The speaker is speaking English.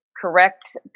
correct